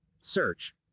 Search